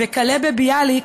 וכלה בביאליק,